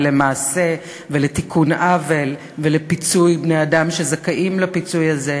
ולמעשה לתיקון עוול ולפיצוי בני-אדם שזכאים לפיצוי הזה.